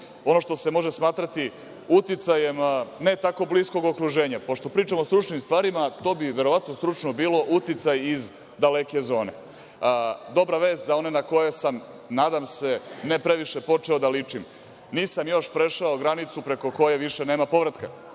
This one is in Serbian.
ono što se može smatrati uticajem ne tako bliskog okruženja. Pošto pričam o stručnim stvarima, to bi, verovatno, stručno bilo – uticaj iz daleke zone. Dobra vest za one na koje sam, nadam se ne previše, počeo da ličim. Nisam još prešao granicu preko koje više nema povratka.